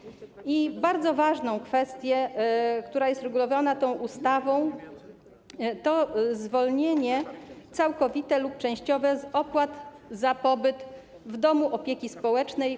Inna bardzo ważna kwestia, która jest regulowana tą ustawą, to zwolnienie, całkowite lub częściowe, z opłat za pobyt w domu opieki społecznej.